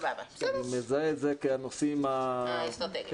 אני מזהה את זה כנושאים ה --- האסטרטגיים.